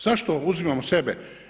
Zašto uzimamo sebe.